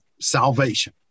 salvation